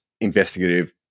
investigative